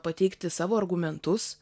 pateikti savo argumentus